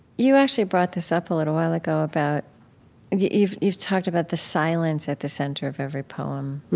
you actually brought this up a little while ago about you've you've talked about the silence at the center of every poem.